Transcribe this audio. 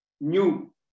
new